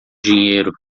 dinheiro